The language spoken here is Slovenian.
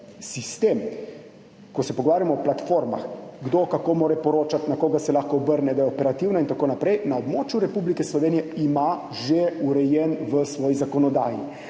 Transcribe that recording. sistem, ko se pogovarjamo o platformah, kdo, kako mora poročati, na koga se lahko obrne, da je operativno in tako naprej, na območju Republike Slovenije že urejen v svoji zakonodaji.